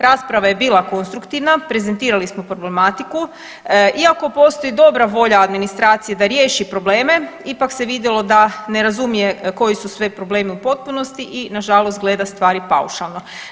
Rasprava je bila konstruktivna, prezentirali smo problematiku iako postoji dobra volja administracije da riješi probleme ipak se vidjelo da ne razumije koji su sve problemi u potpunosti i nažalost gleda stvari paušalno.